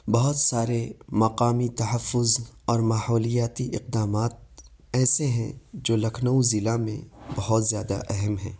بہت سارے مقامی تحفظ اور ماحولیاتی اقدامات ایسے ہیں جو لکھنؤ ضلع میں بہت زیادہ اہم ہیں